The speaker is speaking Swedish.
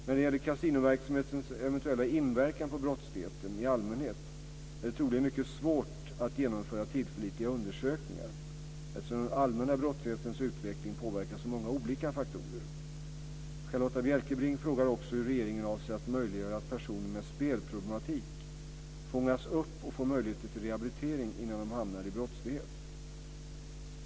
När det gäller kasinoverksamhetens eventuella inverkan på brottsligheten i allmänhet är det troligen mycket svårt att genomföra tillförlitliga undersökningar, eftersom den allmänna brottslighetens utveckling påverkas av många olika faktorer. Charlotta L Bjälkebring frågar också hur regeringen avser att möjliggöra att personer med spelproblematik fångas upp och får möjligheter till rehabilitering innan de hamnar i brottslighet.